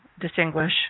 distinguish